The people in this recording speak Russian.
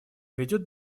ведет